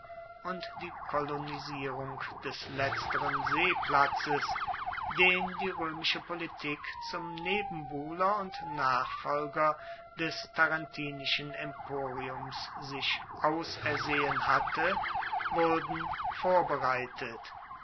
und die kolonisierung des letzteren seeplatzes den die roemische politik zum nebenbuhler und nachfolger des tarentinischen emporiums sich ausersehen hatte wurden vorbereitet